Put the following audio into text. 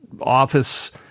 Office